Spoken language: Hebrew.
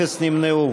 אפס נמנעים.